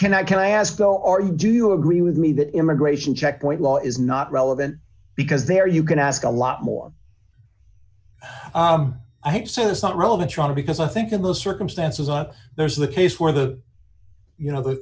can i can i ask though or do you agree with me that immigration checkpoint law is not relevant because there you can ask a lot more i have said it's not relevant trying to because i think in those circumstances and there's the case where the you know th